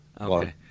Okay